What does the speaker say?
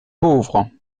pauvre